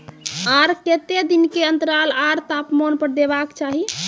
आर केते दिन के अन्तराल आर तापमान पर देबाक चाही?